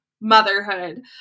motherhood